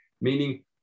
meaning